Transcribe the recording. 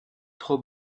trop